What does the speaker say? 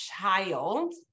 child